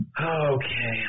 Okay